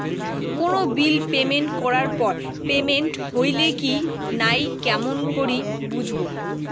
কোনো bill payment করার পর পেমেন্ট হইল কি নাই কেমন করি বুঝবো?